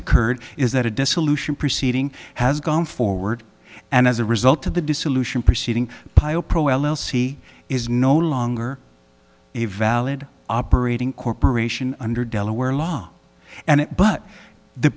occurred is that a dissolution proceeding has gone forward and as a result of the dissolution proceeding pio pro l l c is no longer a valid operating corporation under delaware law and it but the